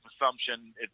assumption